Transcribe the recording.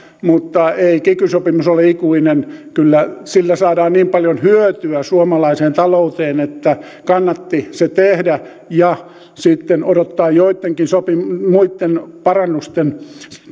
mutta ei kiky sopimus ole ikuinen kyllä sillä saadaan niin paljon hyötyä suomalaiseen talouteen että kannatti se tehdä ja sitten odottaa joittekin muitten parannusten